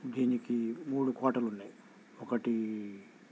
దీనికి మూడు కోటలున్నాయి ఒకటి